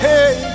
Hey